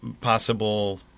possible